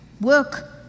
work